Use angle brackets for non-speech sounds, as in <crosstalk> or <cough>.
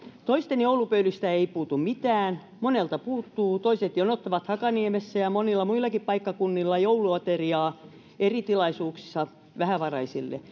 toisten joulupöydistä ei puutu mitään monelta puuttuu toiset jonottavat hakaniemessä ja monilla muillakin paikkakunnilla jouluateriaa eri tilaisuuksissa vähävaraisille <unintelligible>